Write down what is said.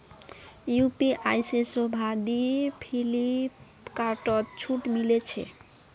UPI से शोभा दी फिलिपकार्टत छूट मिले छे